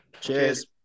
Cheers